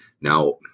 Now